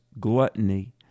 gluttony